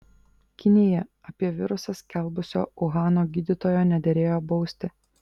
kinija apie virusą skelbusio uhano gydytojo nederėjo bausti